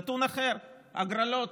נתון אחר, הגרלות.